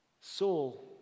Saul